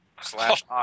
slash